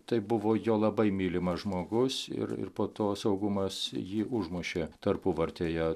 tai buvo jo labai mylimas žmogus ir ir po to saugumas jį užmušė tarpuvartėje